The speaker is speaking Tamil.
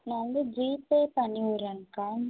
நான் வந்து ஜிபே பண்ணிவிட்றேங்கக்கா